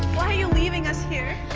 why are you leaving us here?